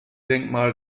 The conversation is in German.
denkmal